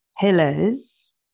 pillars